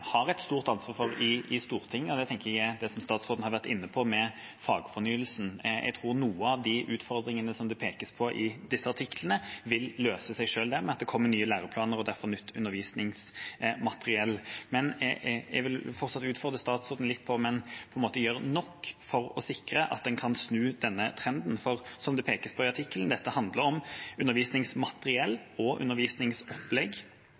har et stort ansvar for, og da tenker jeg på det som statsråden har vært inne på, med fagfornyelsen. Jeg tror at noen av de utfordringene det pekes i disse artiklene, vil løse seg selv ved at det kommer nye læreplaner og derfor nytt undervisningsmateriell. Men jeg vil fortsatt utfordre statsråden litt på om en gjør nok for å sikre at en kan snu denne trenden. For dette handler om undervisningsmateriell og undervisningsopplegg, som det pekes på i artikkelen.